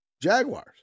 jaguars